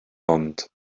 ond